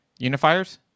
Unifiers